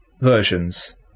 versions